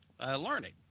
learning